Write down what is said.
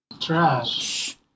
Trash